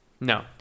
no